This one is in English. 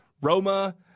Roma